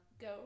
go